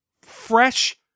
fresh